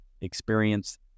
experience